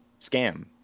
scam